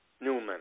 Newman